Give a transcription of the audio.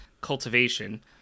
Cultivation